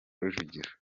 rujugiro